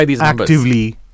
actively